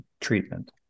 treatment